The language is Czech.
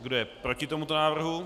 Kdo je proti tomuto návrhu?